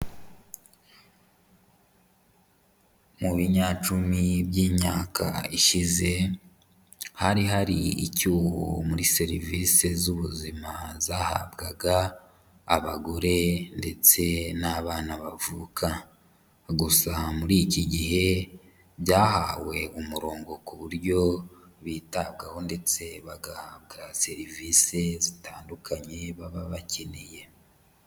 Mu binyacumi by'imyaka ishize, hari hari icyuho muri serivise z'ubuzima zahabwaga abagore ndetse n'abana bavuka, gusa muri iki gihe byahawe umurongo ku buryo bitabwaho ndetse bagahabwa serivisi zitandukanye baba bakeneye.